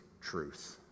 truth